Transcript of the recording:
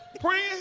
Praying